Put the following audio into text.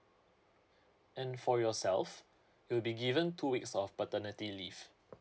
and for yourself will be given two weeks of paternity leave